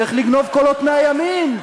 צריך לגנוב קולות מהימין,